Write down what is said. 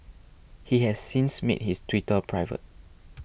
he has since made his Twitter private